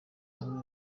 nawe